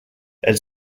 elle